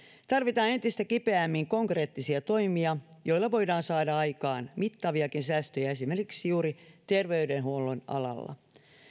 tarvitaan entistä kipeämmin konkreettisia toimia joilla voidaan saada aikaan mittaviakin säästöjä esimerkiksi juuri terveydenhuollon alalla